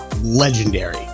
legendary